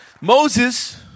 Moses